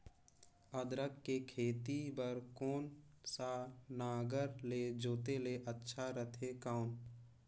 अदरक के खेती बार कोन सा नागर ले जोते ले अच्छा रथे कौन?